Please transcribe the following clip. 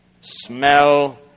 Smell